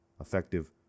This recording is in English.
Effective